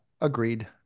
agreed